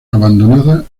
abandonada